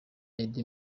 eddy